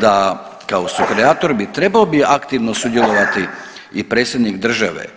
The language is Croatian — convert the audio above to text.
da kao sukreator trebao bih aktivno sudjelovati i predsjednik države.